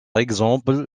exemple